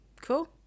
cool